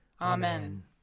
Amen